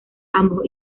ambos